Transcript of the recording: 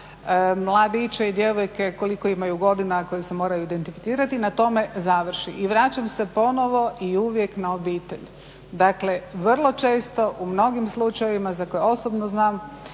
mladiće i djevojke koliko imaju godina koji se moraju identificirati. Na tome završi i vraćam se ponovo i uvijek na obitelj. Dakle, vrlo često u mnogim slučajevima za koje osobno znam